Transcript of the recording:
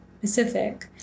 Pacific